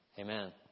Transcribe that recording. Amen